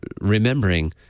remembering